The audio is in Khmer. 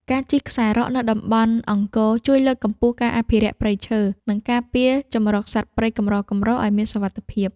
ការជិះខ្សែរ៉កនៅតំបន់អង្គរជួយលើកកម្ពស់ការអភិរក្សព្រៃឈើ និងការពារជម្រកសត្វព្រៃកម្រៗឱ្យមានសុវត្ថិភាព។